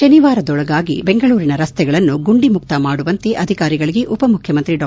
ಶನಿವಾರದೊಳಗಾಗಿ ಬೆಂಗಳೂರಿನ ರಸ್ತೆಗಳನ್ನು ಗುಂಡಿ ಮುಕ್ತ ಮಾಡುವಂತೆ ಅಧಿಕಾರಿಗಳಿಗೆ ಉಪಮುಖ್ಯಮಂತ್ರಿ ಡಾ